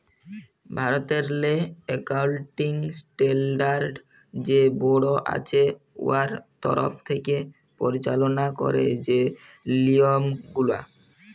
ভারতেরলে accounting standard যে board আছে উয়ার তরফ থ্যাকে পরিচাললা ক্যারে যে লিয়মগুলা